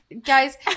guys